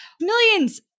millions